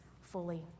fully